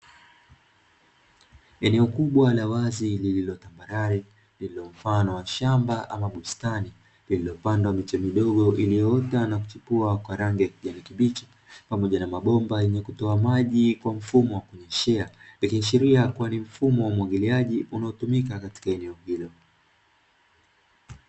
Eneo kubwa la wazi lillilotambarare, lililo mfano wa shamba ama bustani lililopandwa miche midogo, iliyoota na kuchipua kwa rangi ya kijani kibichi pamoja na mabomba yenye kutoa maji kwa mfumo wa kunyeshea ikiashiria kuwa ni mfumo wa umwagiliaji unaotumika katika eneo hilo.